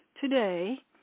today